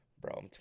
bro